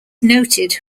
noted